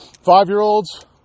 five-year-olds